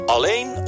Alleen